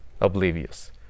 oblivious